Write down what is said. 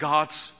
God's